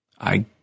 I